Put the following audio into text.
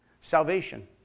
Salvation